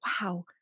wow